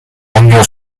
año